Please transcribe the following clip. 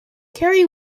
carrie